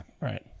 Right